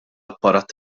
apparat